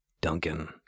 Duncan